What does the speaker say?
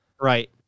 Right